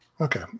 Okay